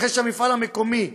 אחרי שהמפעל המקומי מרוסק,